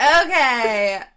Okay